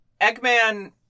Eggman